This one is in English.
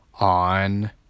on